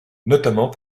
notamment